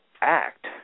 act